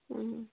ꯎꯝ